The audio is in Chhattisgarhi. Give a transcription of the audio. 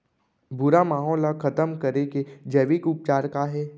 भूरा माहो ला खतम करे के जैविक उपचार का हे?